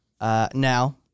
Now